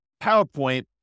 PowerPoint